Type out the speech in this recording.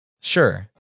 Sure